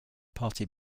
party